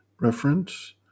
Reference